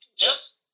Yes